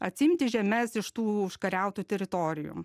atsiimti žemes iš tų užkariautų teritorijų